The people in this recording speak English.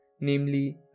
namely